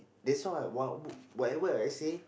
that's why what whatever I say